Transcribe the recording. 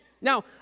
Now